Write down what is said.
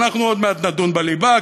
אנחנו עוד מעט נדון בליבה,